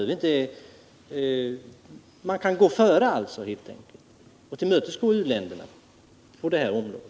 Sverige kan gå före och tillmötesgå u-länderna på detta område.